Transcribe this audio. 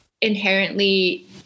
inherently